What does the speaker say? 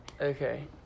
Okay